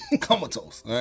comatose